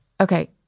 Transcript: okay